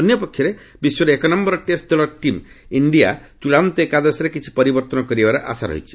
ଅନ୍ୟପକ୍ଷରେ ବିଶ୍ୱର ଏକ ନମ୍ଘର ଟେଷ୍ଟ ଦଳ ଟିମ୍ ଇଣ୍ଡିଆ ଚୂଡ଼ାନ୍ତ ଏକାଦଶରେ କିଛି ପରିବର୍ତ୍ତନ କରିବାର ଆଶା ରହିଛି